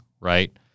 right